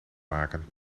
maken